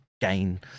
gain